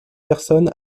personne